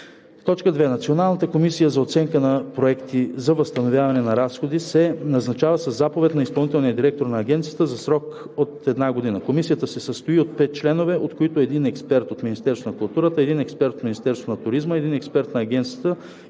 проект. (2) Националната комисия за оценка на проекти за възстановяване на разходи се назначава със заповед на изпълнителния директор на агенцията за срок една година. Комисията се състои от 5 членове, от които – един експерт от Министерството на културата, един експерт от Министерството на туризма, един експерт на агенцията